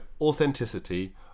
authenticity